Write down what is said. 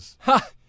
Ha